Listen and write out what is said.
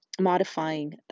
modifying